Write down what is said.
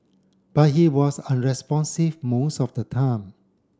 but he was unresponsive most of the time